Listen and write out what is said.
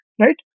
right